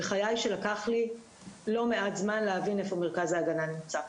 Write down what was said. בחיי שלקח לי לא מעט זמן להבין איפה מרכז ההגנה נמצא.